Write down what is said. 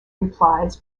replies